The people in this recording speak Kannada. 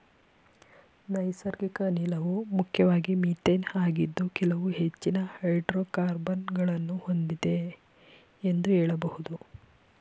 ನೈಸರ್ಗಿಕ ಅನಿಲವು ಮುಖ್ಯವಾಗಿ ಮಿಥೇನ್ ಆಗಿದ್ದು ಕೆಲವು ಹೆಚ್ಚಿನ ಹೈಡ್ರೋಕಾರ್ಬನ್ ಗಳನ್ನು ಹೊಂದಿದೆ ಎಂದು ಹೇಳಬಹುದು